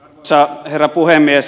arvoisa herra puhemies